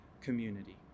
community